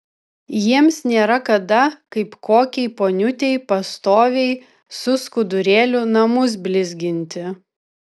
jiems nėra kada kaip kokiai poniutei pastoviai su skudurėliu namus blizginti